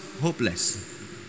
hopeless